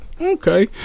Okay